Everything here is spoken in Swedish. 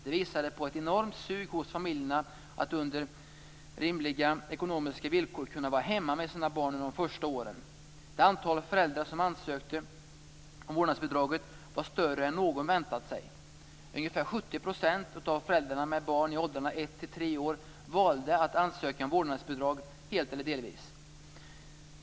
Det visade på ett enormt sug hos familjerna att under rimliga ekonomiska villkor kunna vara hemma med sina barn under de första åren. Det antal föräldrar som ansökte om vårdnadsbidraget var större än någon väntat sig. Ungefär 70 % av föräldrarna med barn i åldrarna ett till tre år valde att ansöka om vårdnadsbidrag, helt eller delvis.